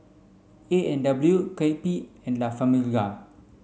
A and W Kewpie and La Famiglia